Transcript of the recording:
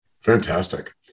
Fantastic